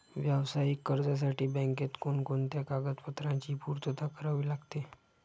व्यावसायिक कर्जासाठी बँकेत कोणकोणत्या कागदपत्रांची पूर्तता करावी लागते?